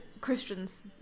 Christians